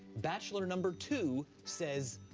bachelor number two says,